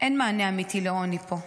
אין מענה אמיתי לעוני פה.